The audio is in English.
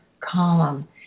column